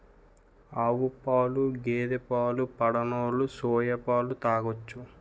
ఆవుపాలు గేదె పాలు పడనోలు సోయా పాలు తాగొచ్చు